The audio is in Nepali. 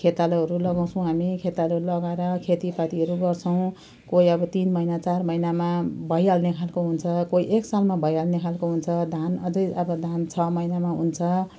खेतालोहरू लगाउँछौँ हामी खेतालो लगाएर खेतीपातीहरू गर्छौँ कोही अब तिन महिना चार महिनामा भइहाल्ने खालको हुन्छ कोही एक सालमा भइहाल्ने खालको हुन्छ धान अझै अब धान छ महिनामा हुन्छ